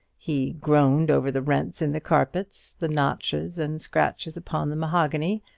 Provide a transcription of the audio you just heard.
he groaned over the rents in the carpets, the notches and scratches upon the mahogany,